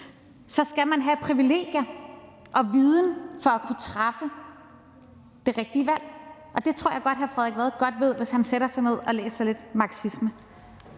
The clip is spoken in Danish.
så skal man have privilegier og viden for at kunne træffe det rigtige valg, og det tror jeg godt hr. Frederik Vad ved, hvis han sætter sig ned og læser lidt marxisme.